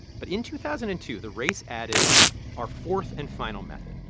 but in two thousand and two, the race added our fourth and final method,